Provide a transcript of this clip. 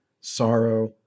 sorrow